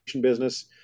business